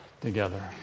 together